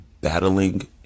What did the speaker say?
battling